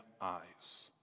eyes